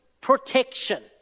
protection